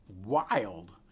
wild